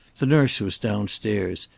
the nurse was downstairs,